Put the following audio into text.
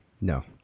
No